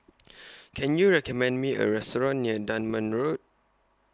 Can YOU recommend Me A Restaurant near Dunman Road